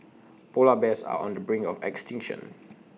Polar Bears are on the brink of extinction